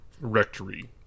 rectory